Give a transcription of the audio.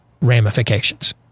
ramifications